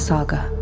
Saga